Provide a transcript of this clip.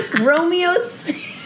Romeo's